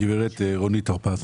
הגב' רונית הרפז.